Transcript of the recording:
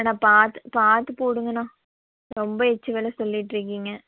அண்ணா பார்த்து பார்த்து போடுங்க அண்ணா ரொம்ப எச்சி வில சொல்லிகிட்டு இருக்கீங்க